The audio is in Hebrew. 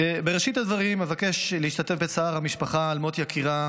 בראשית הדברים אבקש להשתתף בצער המשפחה על מות יקירה